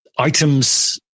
Items